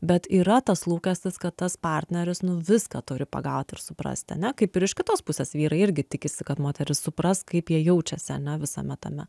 bet yra tas lūkestis kad tas partneris nu viską turi pagauti ir suprasti ane kaip ir iš kitos pusės vyrai irgi tikisi kad moteris supras kaip jie jaučiasi ane visame tame